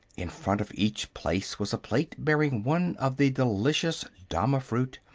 in front of each place was a plate bearing one of the delicious dama-fruit,